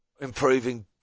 improving